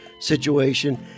situation